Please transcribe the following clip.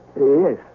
Yes